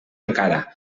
encara